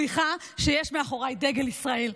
סליחה שיש מאחוריי דגל ישראל.